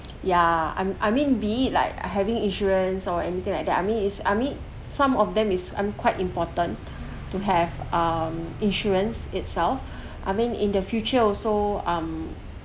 yeah I'm I mean be it like having insurance or anything like that I mean is I mean some of them is I mean quite important to have um insurance itself I mean in the future also um